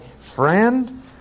friend